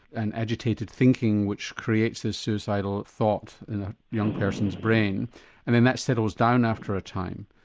and agitated thinking which creates a suicidal thought in a young person's brain and then that settles down after a time.